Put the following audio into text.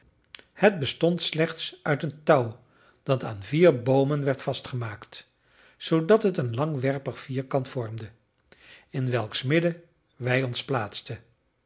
het bestond slechts uit een touw dat aan vier boomen werd vastgemaakt zoodat het een langwerpig vierkant vormde in welks midden wij ons plaatsten